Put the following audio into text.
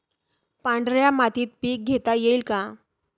पांढऱ्या मातीत पीक घेता येईल का?